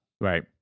Right